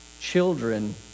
children